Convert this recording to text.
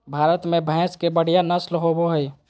भारत में भैंस के बढ़िया नस्ल होबो हइ